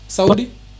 Saudi